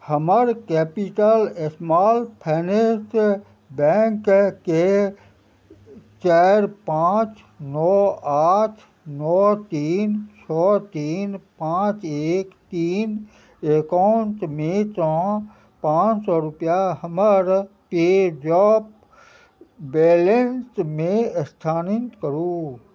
हमर capital small finance बैँकके चारि पाँच नओ आठ नओ तीन छओ तीन पाँच एक तीन एकाउण्टमेसँ पाँच सओ रुपैआ हमर पेजॉप बैलेन्समे स्थानान्तरित करू